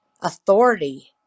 authority